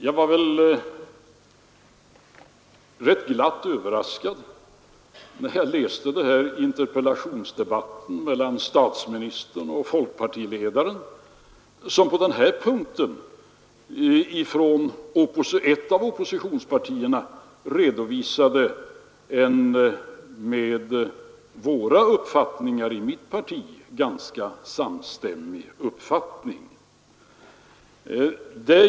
Jag var rätt glatt överraskad när jag läste interpellationsdebatten mellan statsministern och folkpartiledaren, som på den här punkten från ett av oppositionspartierna redovisade en med uppfattningarna i vårt parti ganska samstämmig åsikt.